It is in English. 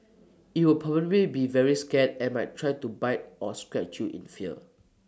IT will probably be very scared and might try to bite or scratch you in fear